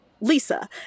LISA